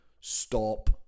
stop